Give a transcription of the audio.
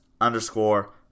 underscore